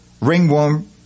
ringworm